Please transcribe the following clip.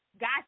Got